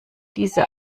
diese